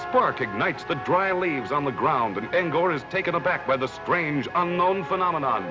spark ignites the dry leaves on the ground and ngor is taken aback by the strange unknown phenomenon